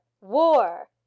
War